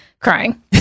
crying